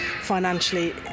financially